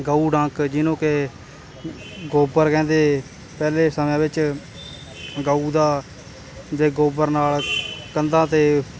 ਗਊ ਡੰਕ ਜਿਹਨੂੰ ਕਿ ਗੋਬਰ ਕਹਿੰਦੇ ਪਹਿਲੇ ਸਮਿਆਂ ਵਿੱਚ ਗਊ ਦਾ ਦੇ ਗੋਬਰ ਨਾਲ ਕੰਧਾਂ 'ਤੇ